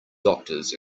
doctors